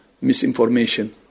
misinformation